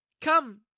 Come